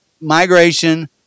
migration